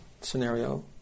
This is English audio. scenario